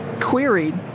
queried